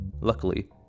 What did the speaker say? Luckily